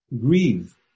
Grieve